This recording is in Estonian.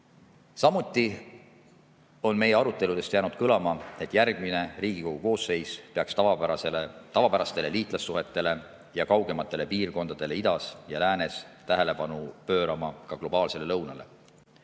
Samuti on meie aruteludest jäänud kõlama, et järgmine Riigikogu koosseis peaks [lisaks] tavapärastele liitlassuhetele ja kaugematele piirkondadele idas ja läänes tähelepanu pöörama ka globaalsele lõunale,